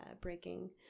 breaking